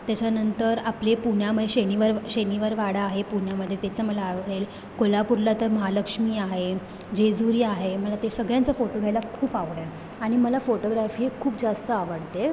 त्याच्यानंतर आपले पुण्यामध्ये शनिवार शनिवार वाडा आहे पुण्यामध्ये त्याचं मला आवडेल कोल्हापूरला तर महालक्ष्मी आहे जेजुरी आहे मला ते सगळ्यांचा फोटो घ्यायला खूप आवडेल आणि मला फोटोग्राफी हे खूप जास्त आवडते